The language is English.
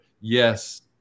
yes